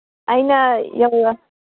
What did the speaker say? ꯑꯩꯅ ꯌꯧꯔ